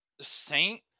Saint